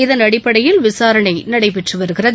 இதன் அடிப்படையில் விசாரணை நடைபெற்று வருகிறது